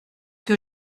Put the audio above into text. que